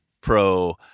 pro